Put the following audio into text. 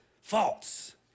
false